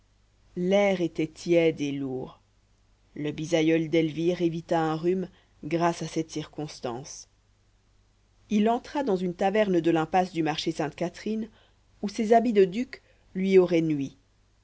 l'air était tiède et lourd le bisaïeul d'elvire évita un rhume grâce à cette circonstance il entra dans une taverne de l'impasse du marché sainte-catherine où ses habits de duc lui auraient nui